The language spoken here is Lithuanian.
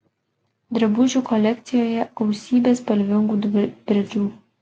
drabužių kolekcijoje gausybė spalvingų bridžų